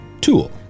Tool